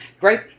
great